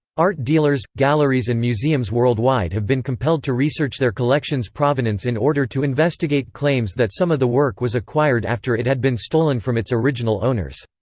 art dealers, galleries and museums worldwide have been compelled to research their collection's provenance in order to investigate claims that some of the work was acquired after it had been stolen from its original owners.